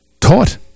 taught